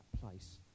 place